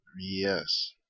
Yes